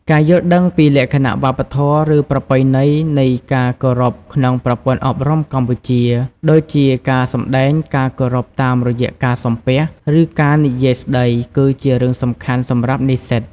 ការយល់ដឹងពីលក្ខណៈវប្បធម៌ ឬប្រពៃណីនៃការគោរពក្នុងប្រព័ន្ធអប់រំកម្ពុជា ដូចជាការសម្ដែងការគោរពតាមរយៈការសំពះ ឬការនិយាយស្តី គឺជារឿងសំខាន់សំរាប់និស្សិត។